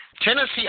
Tennessee